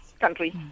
country